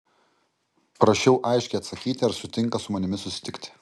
prašiau aiškiai atsakyti ar sutinka su manimi susitikti